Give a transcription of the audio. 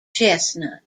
chestnut